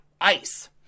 ice